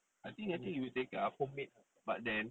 I think I think it you take up but then